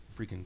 freaking